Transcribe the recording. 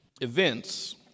events